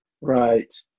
Right